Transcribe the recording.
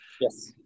Yes